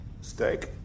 steak